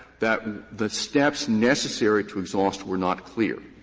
that the steps necessary to exhaust were not clear.